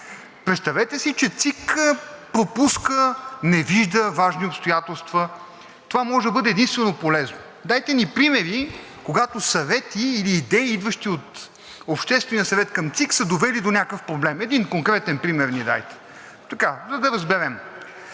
Представете си, че ЦИК пропуска, не вижда важни обстоятелства. Това може да бъде единствено полезно. Дайте ни примери, когато съвети или идеи, идващи от Обществения съвет към ЦИК са довели до някакъв проблем. Един конкретен пример ми дайте, за да разберем!